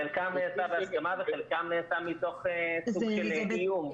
חלקם נעשה בהסכמה וחלקם נעשה מתוך סוג של איום.